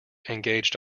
engaged